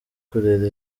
kurera